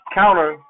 counter